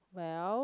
well